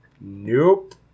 Nope